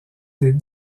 des